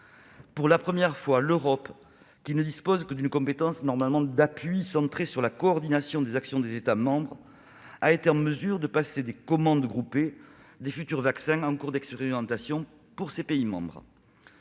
Pour la première fois, l'Europe, qui ne dispose que d'une compétence d'appui centrée sur la coordination des actions des États membres, a été en mesure de passer des « commandes groupées » de futurs vaccins en cours d'expérimentation, pour ses pays membres.